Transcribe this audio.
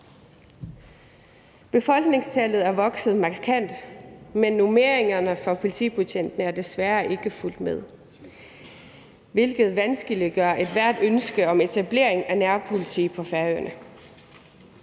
Befolkningstallet er vokset markant, men normeringerne for politibetjentene er desværre ikke fulgt med, hvilket vanskeliggør ethvert ønske om etablering af nærpoliti på Færøerne.